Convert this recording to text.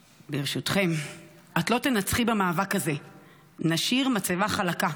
ברשותכם: "את לא תנצחי במאבק הזה --- נשאיר מצבה חלקה"